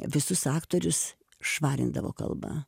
visus aktorius švarindavo kalba